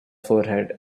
forehead